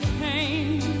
pain